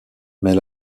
mais